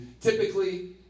typically